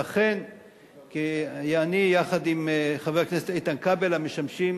ואכן, אני, יחד עם חבר הכנסת איתן כבל, המשמשים